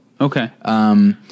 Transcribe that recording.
Okay